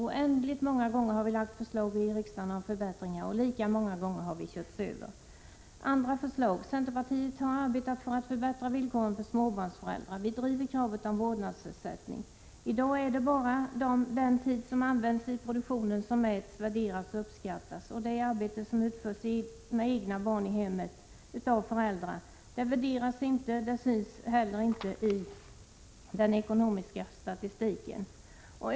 Oändligt många gånger har vi lagt förslag i riksdagen om förbättringar och lika många gånger har vi körts över. Centerpartiet har arbetat för att förbättra villkoren för småbarnsföräldrar. 47 Prot. 1986/87:122 Vi driver kravet om vårdnadsersättning. I dag är det bara den tid som 13 maj 1987 används i produktionen som mäts, värderas och uppskattas. Det arbete som med Hoa res, Utförs med de egna barnen i hemmet av föräldrar värderas inte och syns inte heller i den ekonomiska statistiken.